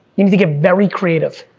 you need to get very creative.